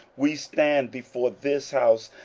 we stand before this house,